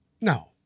No